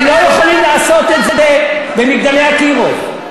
הם לא יכולים לעשות את זה ב"מגדלי אקירוב".